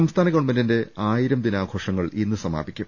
സംസ്ഥാന ഗവൺമെന്റിന്റെ ആയിരം ദിനാഘോഷങ്ങൾ ഇന്ന് സമാപിക്കും